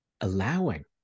Allowing